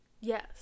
yes